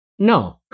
No